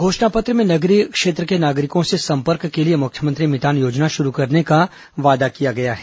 घोषणा पत्र में नगरीय क्षेत्र के नागरिकों से संपर्क के लिए मुख्यमंत्री मितान योजना शुरू करने का वादा किया गया है